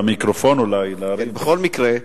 בכל מקרה,